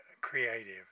creative